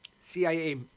CIA